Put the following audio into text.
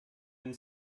and